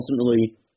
ultimately